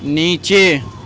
نیچے